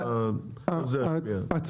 אני רגע אעשה סדר.